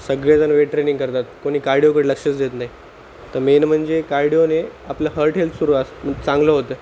सगळेजण weight training करतात कोणी कार्डिओकडे लक्षेच देत नाही तर मेन म्हणजे कार्डिओने आपलं हर्ट हेल्थ सुरू अस चांगलं होतं